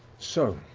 so.